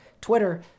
Twitter